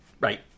Right